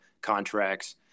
contracts